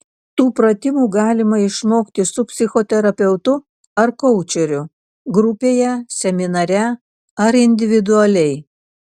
tų pratimų galima išmokti su psichoterapeutu ar koučeriu grupėje seminare ar individualiai